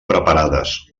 preparades